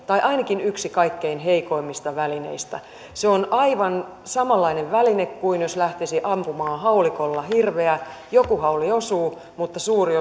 heikoin tai ainakin yksi kaikkein heikoimmista välineistä se on aivan samanlainen väline kuin jos lähtisi ampumaan haulikolla hirveä joku hauli osuu mutta suuri